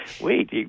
wait –